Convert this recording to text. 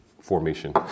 formation